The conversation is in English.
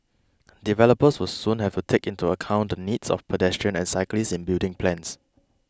developers will soon have to take into account the needs of pedestrians and cyclists in building plans